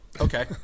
okay